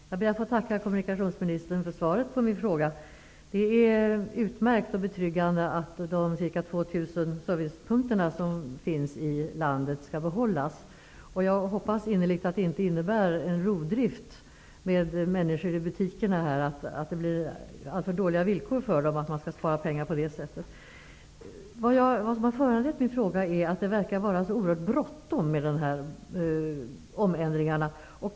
Fru talman! Jag ber att få tacka kommunikationsministern för svaret på min fråga. Det är utmärkt och betryggande att de ca 2 000 servicepunkter som finns i landet skall behållas. Jag hoppas innnerligt att det inte innebär en rovdrift med personalen i butikerna, dvs. att de får alltför dåliga villkor för att man på det sättet skall spara pengar. Det som föranlett min fråga är att det verkar vara så oerhört bråttom med omändringarna.